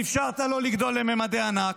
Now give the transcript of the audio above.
ואפשרת לו לגדול לממדי ענק,